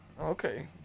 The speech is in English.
Okay